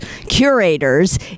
curators